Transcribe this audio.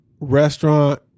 restaurant